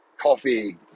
coffee